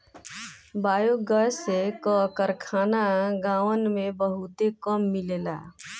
biogas क कारखाना गांवन में बहुते कम मिलेला